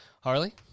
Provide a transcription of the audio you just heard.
Harley